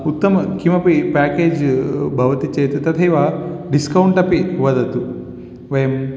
उत्तमं किमपि पेकेज् भवति चेत् तथैव डिस्कौण्ट् अपि वदतु वयं